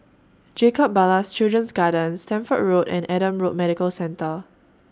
Jacob Ballas Children's Garden Stamford Road and Adam Road Medical Centre